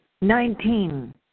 Nineteen